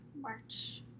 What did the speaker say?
March